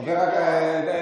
חבר הכנסת, די.